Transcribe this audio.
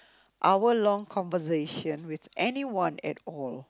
hour long conversation with anyone at all